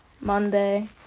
Monday